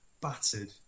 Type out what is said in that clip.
battered